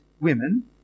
women